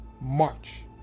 march